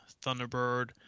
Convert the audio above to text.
Thunderbird